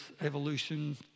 evolution